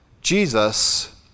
Jesus